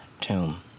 tomb